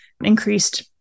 increased